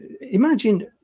imagine